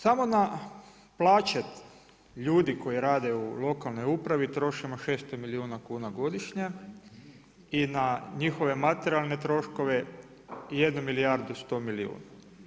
Samo na plaće ljudi koji rade u lokalnoj upravi trošimo 600 milijuna kuna godišnje i na njihove materijalne troškove 1 milijardu i 100 milijuna.